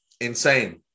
Insane